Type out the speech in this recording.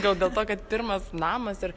gal dėl to kad pirmas namas ir